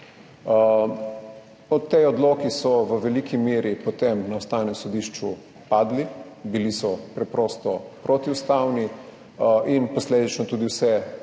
Ti odloki so v veliki meri potem na Ustavnem sodišču padli, bili so preprosto protiustavni in posledično tudi vse